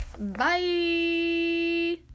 Bye